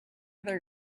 other